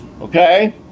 Okay